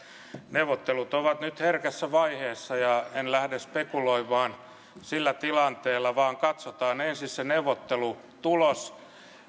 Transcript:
neuvottelut ovat nyt herkässä vaiheessa ja en lähde spekuloimaan sillä tilanteella vaan katsotaan ensin neuvottelutulos